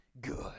good